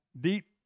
Deep